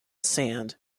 sand